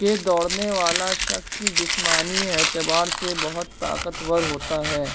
کہ دوڑنے والا شخص جسمانی اعتبار سے بہت طاقتور ہوتا ہے